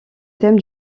thème